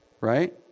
right